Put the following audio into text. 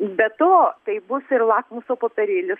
be to tai bus ir lakmuso popierėlis